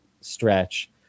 stretch